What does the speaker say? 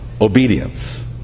obedience